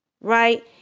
Right